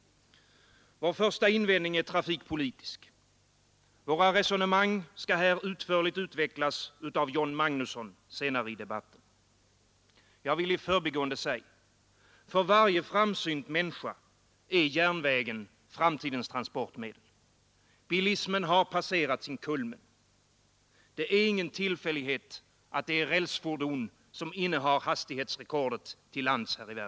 Vår första invändning är trafikpolitisk. Våra resonemang här skall senare i debatten utförligt utvecklas av herr Magnusson i Kristinehamn. Jag vill bara i förbigående säga: För varje framsynt människa är järnvägen framtidens transportmedel. Bilismen har passerat sin kulmen. Det är ingen tillfällighet att det är rälsfordon som innehar hastighetsrekordet till lands.